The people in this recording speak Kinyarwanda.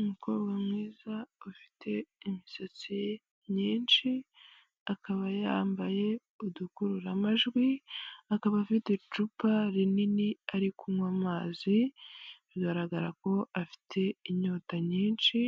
Umukobwa mwiza ufite imisatsi myinshi akaba yambaye udukururamajwi, akaba afite icupa rinini ari kunywa amazi, bigaragara ko afite inyota nyinshi,